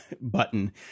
button